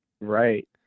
Right